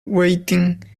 waiting